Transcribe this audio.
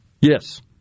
Yes